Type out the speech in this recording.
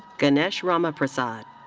ganesh ramaprasad.